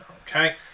Okay